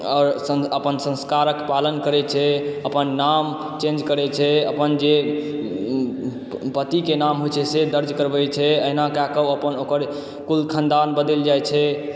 आओर अपन संस्कारक पालन करैत छै अपन नाम चेंज करैत छै अपन जे पतिके नाम होइत छै से दर्ज करबैत छै एहिना कएकऽ ओ अपन ओकर कुल खनदान बदलि जाइत छै